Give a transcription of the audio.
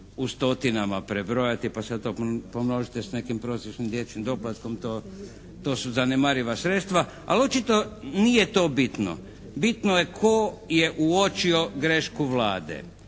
u stotinama prebrojati pa sad to pomnožite sa nekim prosječnim dječjim doplatkom, to su zanemariva sredstva. Ali očito nije to bitno. Bitno je tko je uočio grešku Vlade.